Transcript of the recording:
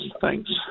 Thanks